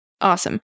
awesome